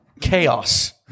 chaos